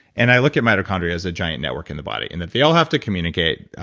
and i look at mitochondria as a giant network in the body, and that they all have to communicate.